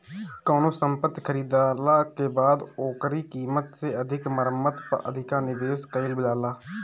कवनो संपत्ति खरीदाला के बाद ओकरी कीमत से अधिका मरम्मत पअ अधिका निवेश कईल जाला